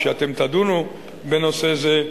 כשאתם תדונו בנושא זה.